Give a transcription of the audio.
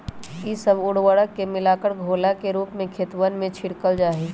ई सब उर्वरक के मिलाकर घोला के रूप में खेतवन में छिड़कल जाहई